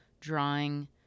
drawing